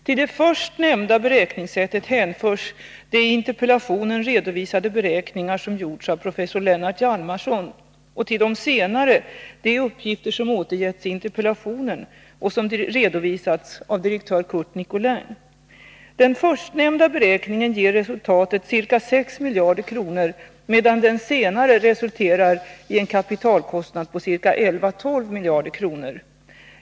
Till det först nämnda beräkningssättet hänförs de i interpellationen redovisade beräkningar som gjorts av professor Lennart Hjalmarsson och till det senare de uppgifter som återgetts i interpellationen och som redovisats av direktör Curt Nicolin. Den förstnämnda beräkningen ger resultatet ca 6 miljarder kronor, medan den senare resulterar i en kapitalkostnad på ca 11-12 miljarder kronor.